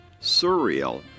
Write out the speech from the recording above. surreal